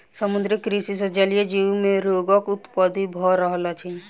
समुद्रीय कृषि सॅ जलीय जीव मे रोगक उत्पत्ति भ रहल अछि